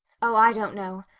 oh, i don't know.